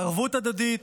בערבות הדדית,